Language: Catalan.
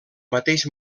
mateix